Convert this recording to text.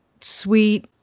sweet